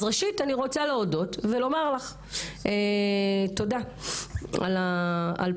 אז ראשית אני רוצה לומר לך תודה על פועלך.